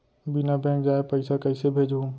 बिना बैंक जाए पइसा कइसे भेजहूँ?